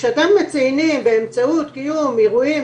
כשאתם מציינים "באמצעות קיום אירועים,